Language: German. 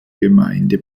gemeinde